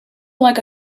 like